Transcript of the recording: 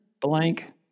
blank